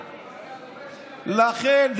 לכן,